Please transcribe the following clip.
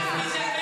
בושה, בושה.